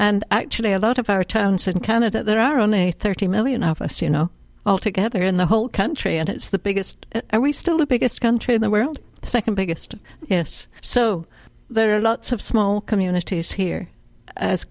and actually a lot of our turn certain canada there are only thirty million of us you know altogether in the whole country and it's the biggest and we still the biggest country in the world the second biggest yes so there are lots of small communities here as